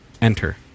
Enter